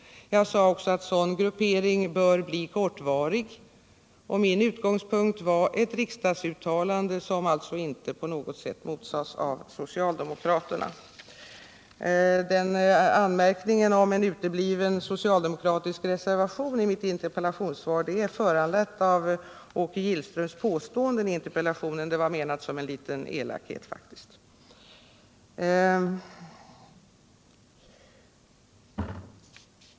Jag sade också att sådan gruppering bör bli kortvarig, och min utgångspunkt var ett riksdagsuttalande som alltså inte på något sätt motsades av socialdemokraterna. Anmärkningen om en utebliven socialdemokratisk reservation i mitt interpellationssvar är föranledd av Åke Gillströms påståenden i interpella 147 tionen. Det var faktiskt menat som en liten elakhet.